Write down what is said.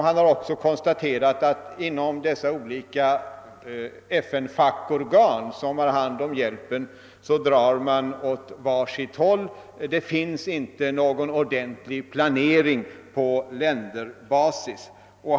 Han har också konstaterat att man inom de olika FN-fackorgan som har hand om hjälpen drar åt var sitt håll. Det finns inte någon ordentlig planering på länderbasis.